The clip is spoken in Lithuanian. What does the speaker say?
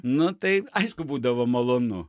nu tai aišku būdavo malonu